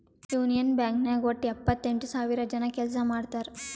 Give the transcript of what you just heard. union bank ನಾಗ್ ವಟ್ಟ ಎಪ್ಪತ್ತೆಂಟು ಸಾವಿರ ಜನ ಕೆಲ್ಸಾ ಮಾಡ್ತಾರ್